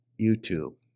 YouTube